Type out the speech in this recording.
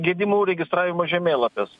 gedimų registravimo žemėlapis